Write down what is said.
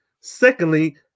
Secondly